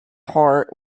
heart